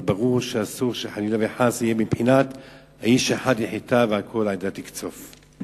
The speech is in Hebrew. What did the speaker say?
ברור שאסור וחלילה חס שיהיה "האיש אחד יחטא ועל כל העדה תקצף".